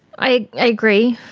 i agree.